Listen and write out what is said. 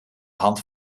hand